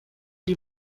die